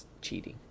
cheating